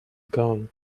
gone